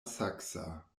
saksa